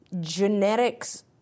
genetics